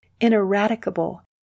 ineradicable